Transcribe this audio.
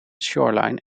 shoreline